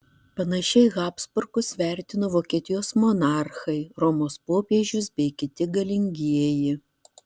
panašiai habsburgus vertino vokietijos monarchai romos popiežius bei kiti galingieji